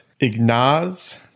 Ignaz